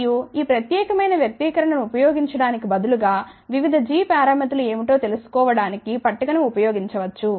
మరియు ఈ ప్రత్యేకమైన వ్యక్తీకరణ ను ఉపయోగించటానికి బదులుగా వివిధ g పారామితులు ఏమిటో తెలుసుకోవడానికి పట్టి కను ఉపయోగించవచ్చు